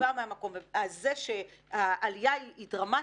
והיא באה מהמקום הזה שהעלייה היא דרמטית,